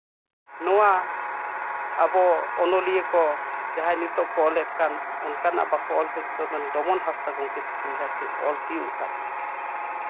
ᱱᱚᱣᱟ ᱟᱵᱚ ᱚᱱᱚᱞᱤᱭᱟᱹ ᱠᱚ ᱡᱟᱦᱟᱸ ᱱᱤᱛᱚᱜ ᱠᱚ ᱚᱞᱮᱫ ᱠᱟᱱ ᱚᱱᱠᱟᱱᱟᱜ ᱵᱟᱠᱚ ᱛᱤᱭᱳᱜ ᱠᱟᱫᱟ ᱰᱚᱢᱚᱱ ᱦᱟᱸᱥᱫᱟ ᱜᱚᱢᱠᱮ ᱛᱟᱹᱠᱤᱱ ᱡᱟᱦᱟᱸ ᱠᱤᱱ ᱚᱞ ᱛᱤᱭᱳᱜ ᱠᱟᱜ